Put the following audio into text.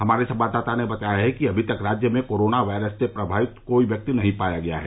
हमारे संवाददाता ने बताया है कि अभी तक राज्य में कोरोना वायरस से प्रभावित कोई व्यक्ति नहीं पाया गया है